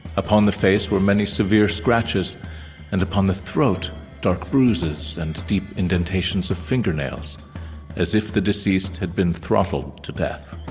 upon the face with many severe scratches and upon the throat dark bruises and deep indentations of fingernails as if the deceased had been throttled to death.